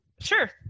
Sure